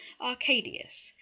Arcadius